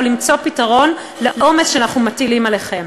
או למצוא פתרון לעומס שאנחנו מטילים עליכם.